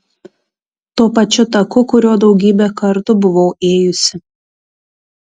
tuo pačiu taku kuriuo daugybę kartų buvau ėjusi